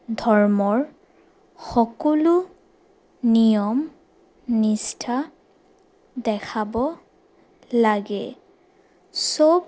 ধৰ্মৰ সকলো নিয়ম নিষ্ঠা দেখাব লাগে চব